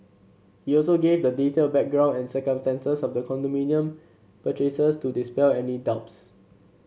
he also gave the detailed background and circumstances of the condominium purchases to dispel any doubts